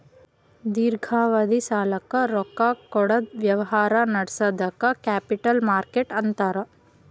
ದೀರ್ಘಾವಧಿ ಸಾಲಕ್ಕ್ ರೊಕ್ಕಾ ಕೊಡದ್ ವ್ಯವಹಾರ್ ನಡ್ಸದಕ್ಕ್ ಕ್ಯಾಪಿಟಲ್ ಮಾರ್ಕೆಟ್ ಅಂತಾರ್